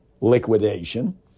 liquidation